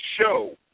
show